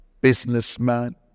businessman